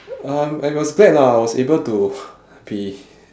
um I was glad lah I was able to be